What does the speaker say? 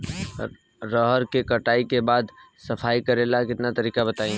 रहर के कटाई के बाद सफाई करेके तरीका बताइ?